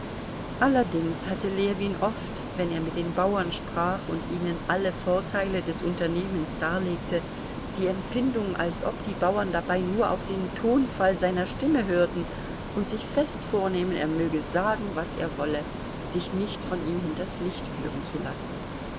allerdings hatte ljewin oft wenn er mit den bauern sprach und ihnen alle vorteile des unternehmens darlegte die empfindung als ob die bauern dabei nur auf den tonfall seiner stimme hörten und sich fest vornähmen er möge sagen was er wolle sich nicht von ihm hinters licht führen zu lassen